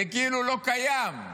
זה כאילו לא קיים.